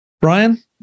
Brian